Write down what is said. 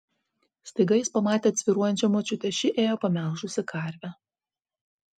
staiga jis pamatė atsvyruojančią močiutę ši ėjo pamelžusi karvę